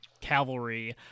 Cavalry